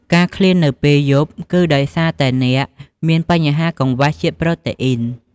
ការឃ្លាននៅពេលយប់គឺដោយសារតែអ្នកមានបញ្ហាកង្វះជាតិប្រូតេអ៊ីន។